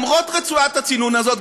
למרות רצועת הצינון הזאת,